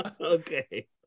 okay